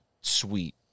sweet